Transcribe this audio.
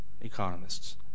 economists